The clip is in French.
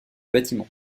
bâtiment